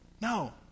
No